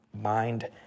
mind